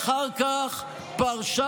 ואחר כך פרשה